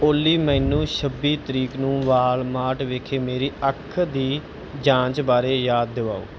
ਓਲੀ ਮੈਨੂੰ ਛੱਬੀ ਤਰੀਕ ਨੂੰ ਵਾਲਮਾਰਟ ਵਿਖੇ ਮੇਰੀ ਅੱਖ ਦੀ ਜਾਂਚ ਬਾਰੇ ਯਾਦ ਦਿਵਾਓ